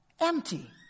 Empty